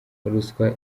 ruswa